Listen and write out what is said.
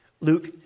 Luke